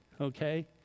okay